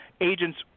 agents